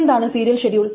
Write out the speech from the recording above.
എന്താണ് serial schedule